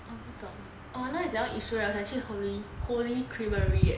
我不懂 oh now 你讲到 yishun right 我想去 holy creamery eh